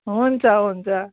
हुन्छ हुन्छ